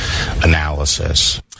analysis